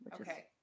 Okay